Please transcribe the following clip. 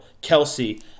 Kelsey